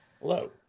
hello